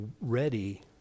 ready